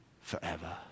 forever